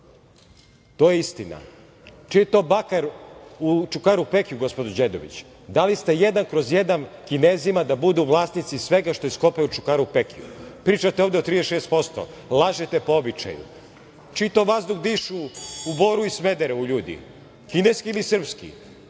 To je istina. Čiji je to bakar u Čukarupekiju, gospođo Đedović? Dali ste jedan kroz jedan Kinezima da budu vlasnici svega što je iskopao Čukarupekiju. Pričate ovde od 36%. Lažete po običaju. Čiji to vazduh dišu u Boru i Smederevu ljudi? Kineski ili srpski? Ovu